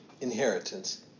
inheritance